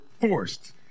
forced